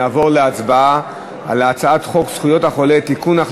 אנחנו נעבור להצבעה על הצעת חוק זכויות החולה (תיקון,